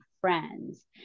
friends